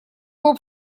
лоб